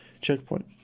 checkpoint